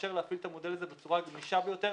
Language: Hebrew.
ותאפשר להפעיל את המודל הזה בצורה הגמישה ביותר